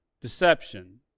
deception